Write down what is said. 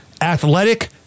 athletic